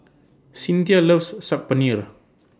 Cynthia loves Saag Paneer